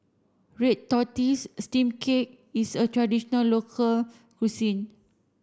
red tortoise steam cake is a traditional local cuisine